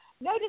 no